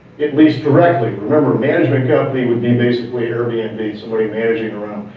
it leased correctly. remember, management company would be basically airbnb, somebody managing